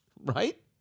Right